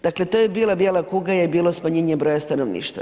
Dakle to je bilo, bijela kuga je bilo smanjenje broja stanovništva.